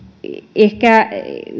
ehkä